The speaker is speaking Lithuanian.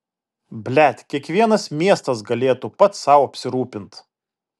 blet kiekvienas miestas galėtų pats sau apsirūpint